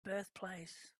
birthplace